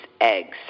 eggs